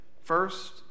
First